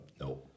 no